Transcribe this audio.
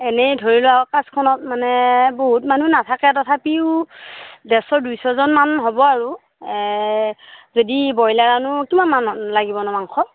এনেই ধৰি লওক কাজখনত মানে বহুত মানুহ নাথাকে তথাপিও ডেৰশ দুইশজন মান হ'ব আৰু যদি ব্ৰইলাৰ আনো কিমানমানৰ লাগিবনো মাংস